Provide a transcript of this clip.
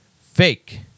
fake